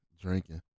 drinking